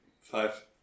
Five